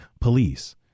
police